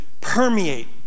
permeate